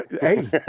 hey